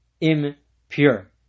impure